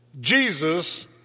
Jesus